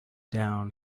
down